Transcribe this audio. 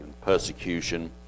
persecution